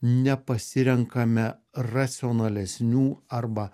nepasirenkame racionalesnių arba